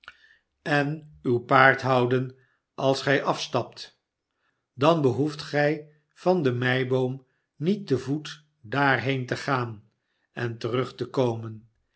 en uw paard houden als gij afstapt dan behoeft gij van de meiboom niet tevoet daarheen te gaan en terug te komen